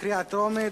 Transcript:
בקריאה טרומית.